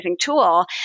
tool